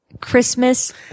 christmas